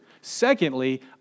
Secondly